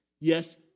Yes